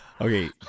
okay